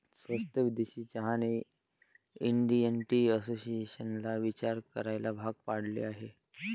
स्वस्त विदेशी चहाने इंडियन टी असोसिएशनला विचार करायला भाग पाडले आहे